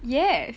yes